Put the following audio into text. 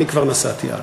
אני כבר נסעתי הלאה.